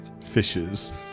Fishes